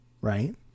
right